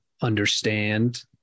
understand